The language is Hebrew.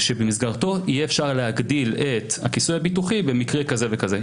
שבמסגרתו יהיה אפשר להגדיל את הכיסוי הביטוחי במקרה כזה וכזה.